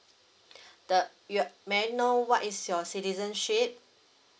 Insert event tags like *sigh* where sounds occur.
*breath* the your may I know what is your citizenship